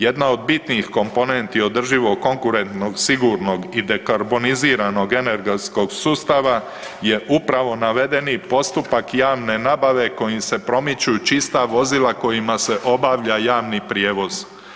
Jedna od bitnih komponenti održivog, konkurentnog, sigurnog i dekarboniziranog energetskog sustava je upravo navedeni postupak javne nabave kojim se promiču čista vozila kojima se obavlja javni prijevoz.